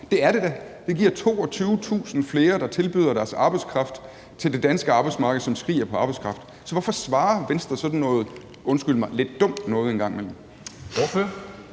Det er det da; det giver 22.000 flere, der tilbyder deres arbejdskraft til det danske arbejdsmarked, som skriger på arbejdskraft. Så hvorfor svarer Venstre sådan noget, undskyld mig, lidt dumt noget en gang imellem?